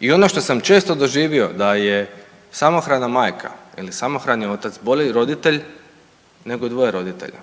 I ono što sam često doživo da je samohrana majka ili samohrani otac bolji roditelj nego dvoje roditelja